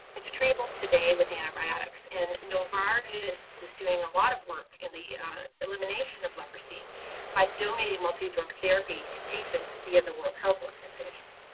it's treatable today with antibiotics and novartis is doing a lot of work in the elimination of leprosy by donating multi drug therapy to patients via the world health organization.